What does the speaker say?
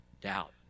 doubt